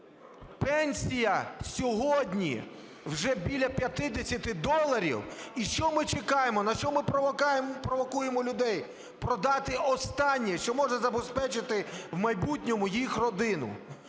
Пенсія сьогодні вже біля 50 доларів. І що ми чекаємо, на що ми провокуємо людей? Продати останнє, що може забезпечити в майбутньому їх родину.